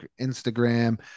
Instagram